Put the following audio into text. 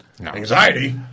Anxiety